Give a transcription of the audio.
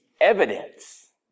evidence